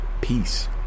Peace